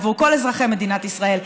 עבור כל אזרחי מדינת ישראל.